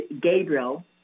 Gabriel